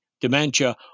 dementia